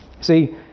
See